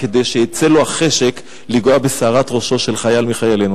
כדי שיצא לו החשק לנגוע בשערת ראשו של חייל מחיילינו.